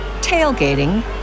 tailgating